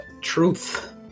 truth